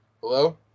Hello